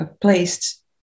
placed